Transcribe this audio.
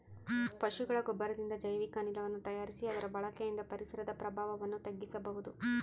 ಪಶುಗಳ ಗೊಬ್ಬರದಿಂದ ಜೈವಿಕ ಅನಿಲವನ್ನು ತಯಾರಿಸಿ ಅದರ ಬಳಕೆಯಿಂದ ಪರಿಸರದ ಪ್ರಭಾವವನ್ನು ತಗ್ಗಿಸಬಹುದು